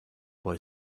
boy